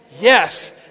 Yes